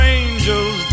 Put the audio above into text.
angels